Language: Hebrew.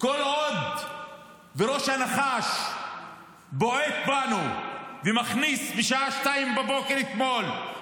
כל עוד ראש הנחש בועט בנו ומכניס בשעה 02:00 אתמול,